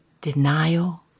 denial